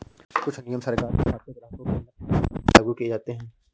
कुछ नियम सरकार के हिसाब से ग्राहकों पर नेफ्ट के मामले में लागू किये जाते हैं